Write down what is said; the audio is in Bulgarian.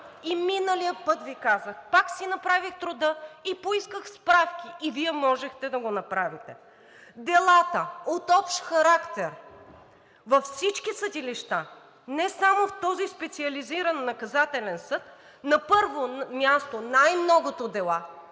и миналия път Ви казах: пак си направих труда и поисках справки и Вие можехте да го направите. Делата от общ характер във всички съдилища – не само в този специализиран наказателен съд, на първо място, най-многото дела